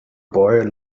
boy